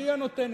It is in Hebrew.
והיא הנותנת,